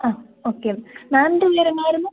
അ okay മാമിൻ്റെ പേര് എന്തായിരുന്നു